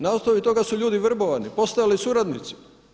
Na osnovi toga su ljudi vrbovani, postali suradnici.